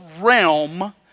realm